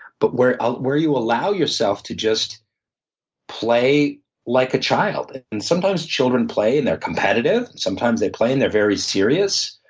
but where ah where you allow yourself to just play like a child. and sometimes children play and they're competitive, and sometimes they play and they're very serious,